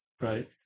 right